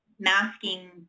masking